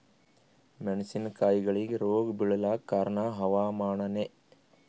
ಮೆಣಸಿನ ಕಾಯಿಗಳಿಗಿ ರೋಗ ಬಿಳಲಾಕ ಕಾರಣ ಹವಾಮಾನನೇ?